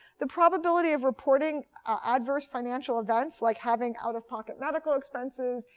the probability of reporting adverse financial events like having out-of-pocket medical expenses,